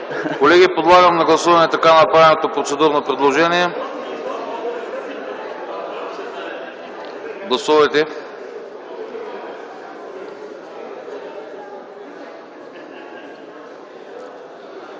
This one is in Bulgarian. Колеги, подлагам на гласуване така направеното процедурно предложение. Гласували